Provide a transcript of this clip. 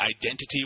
Identity